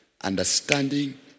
understanding